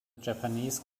japanese